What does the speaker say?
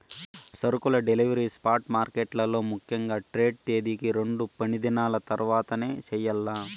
సరుకుల delivery spot మార్కెట్లలో ముఖ్యంగా ట్రేడ్ తేదీకి రెండు పనిదినాల తర్వాతనే చెయ్యాల్ల